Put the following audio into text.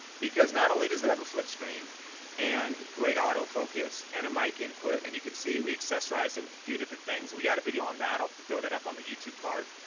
because not only does it have a flip screen and great autofocus and a mic input, and you could see we accessorized it with a few different things, we got a video on that, i'll throw that up on the youtube card,